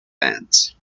bands